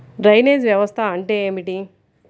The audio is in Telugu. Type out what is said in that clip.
డ్రైనేజ్ వ్యవస్థ అంటే ఏమిటి?